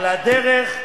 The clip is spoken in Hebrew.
על הדרך.